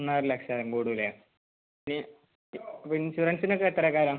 ഒന്നര ലക്ഷം കൂടുമല്ലേ പിന്നെ ഇൻഷുറൻസിനൊക്കെ എത്ര കയറുക